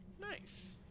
Nice